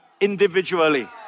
individually